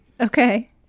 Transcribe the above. Okay